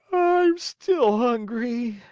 i'm still hungry.